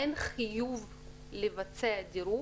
אין חיוב לבצע דירוג.